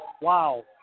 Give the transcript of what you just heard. Wow